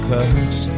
Cause